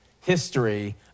history